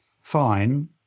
fine